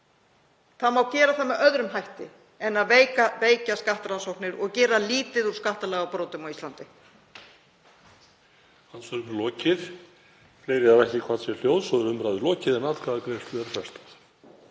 Það má gera það með öðrum hætti en að veikja skattrannsóknir og gera lítið úr skattalagabrotum á Íslandi.